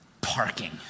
Parking